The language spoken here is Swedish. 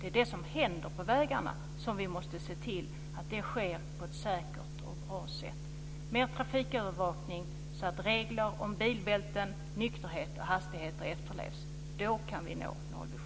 Det är det som händer på vägarna som vi måste se till sker på ett säkert och bra sätt. Det måste vara mer trafikövervakning, så att regler om bilbälten, nykterhet och hastigheter efterlevs. Då kan vi nå nollvisionen.